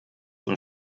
und